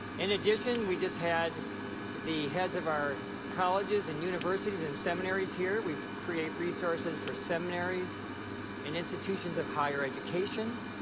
in addition, we just had the heads of our colleges and universities and seminaries here. we create resources for seminaries and institutions of higher education.